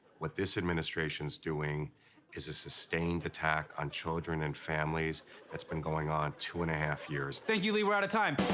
what this administration is doing is a sustained attack on children and families that's been going on two and a half years thank you, lee. we're out of time.